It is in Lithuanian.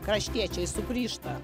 kraštiečiai sugrįžta